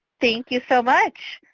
thank you so much,